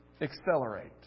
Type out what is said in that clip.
accelerate